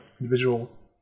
individual